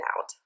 out